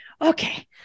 okay